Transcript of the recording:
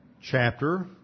chapter